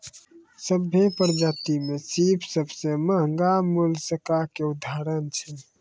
सभ्भे परजाति में सिप सबसें महगा मोलसका के उदाहरण छै